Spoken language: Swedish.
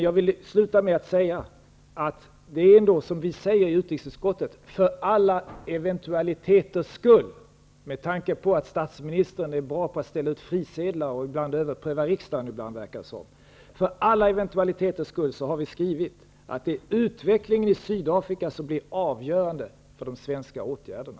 Jag vill avsluta med att säga att det ändå är som vi brukar säga i utrikesutskottet: För alla eventualiteters skull -- med tanke på att det verkar som att statsministern är duktig på att utfärda frisedlar och ibland överpröva riksdagen -- har vi skrivit att det är utvecklingen i Sydafrika som blir det avgörande för de svenska åtgärderna.